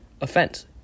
offense